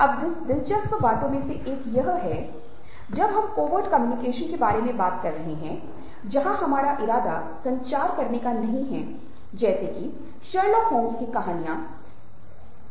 अब दिलचस्प बातों में से एक है की जब हम कोवर्ट कम्युनिकेशन के बारे में बात कर रहे हैं जहां हमारा इरादा संचार करने का नहीं है जैसे की शर्लक होम्स की कहानियों की जासूसी कहानियों में है